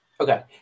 Okay